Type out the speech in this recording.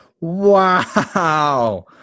Wow